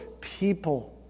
people